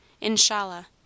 inshallah